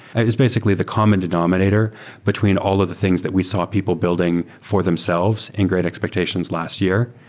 ah it's basically the common denominator between all of the things that we saw people building for themselves in great expectations last year.